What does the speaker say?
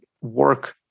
work